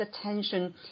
attention